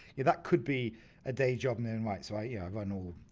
yeah that could be a day job in own right, so i yeah run